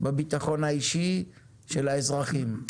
בביטחון האישי של האזרחים.